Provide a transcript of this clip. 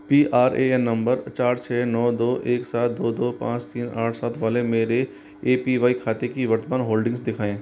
P R A N number चार छ नौ दो एक सात दो दो पाँच तीन आठ सात वाले मेरे ए पी वाई खाते की वर्तमान होल्डिंग्स दिखाएँ